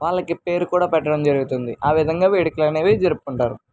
వాళ్ళకి పేరు కూడా పెట్టడం జరుగుతుంది ఆ విధంగా వేడుకలు అనేవి జరుపుకుంటారు